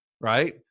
Right